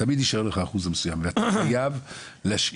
תמיד יישאר לך אחוז מסוים ואתה חייב להשאיר